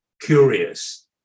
curious